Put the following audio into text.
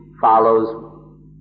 follows